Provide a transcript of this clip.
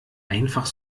einfach